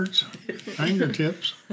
Fingertips